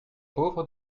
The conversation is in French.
pauvres